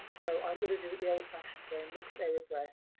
so i'm going to do it the old fashioned way and look at their address,